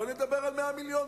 בוא נדבר על 100 מיליון,